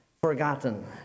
forgotten